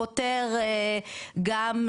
פותר גם,